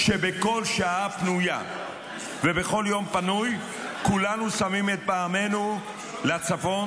שבכל שעה פנויה ובכל יום פנוי כולנו שמים את פעמינו לצפון,